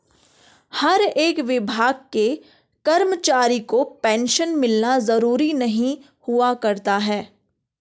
हर एक विभाग के कर्मचारी को पेन्शन मिलना जरूरी नहीं हुआ करता है